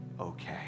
okay